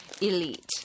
elite